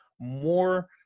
more